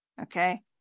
Okay